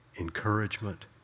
encouragement